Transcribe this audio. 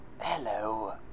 Hello